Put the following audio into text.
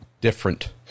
different